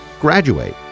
graduate